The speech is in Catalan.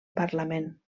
parlament